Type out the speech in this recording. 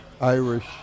Irish